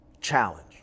challenge